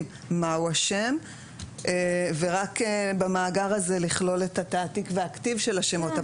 מהו השם ורק במאגר הזה לכלול את התעתיק והכתיב של השמות.